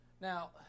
Now